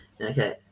Okay